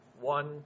One